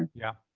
yeah.